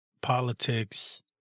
politics